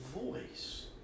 voice